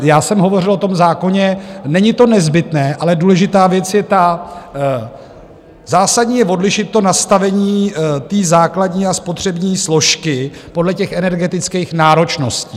Já jsem hovořil o tom zákoně není to nezbytné, ale důležitá věc je, ta zásadní, odlišit nastavení základní a spotřební složky podle energetických náročností.